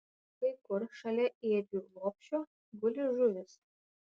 kai kur šalia ėdžių lopšio guli žuvis